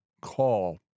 call